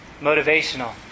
motivational